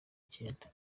icyenda